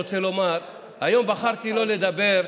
אני רוצה לומר שהיום בחרתי לא לדבר,